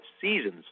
seasons